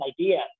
idea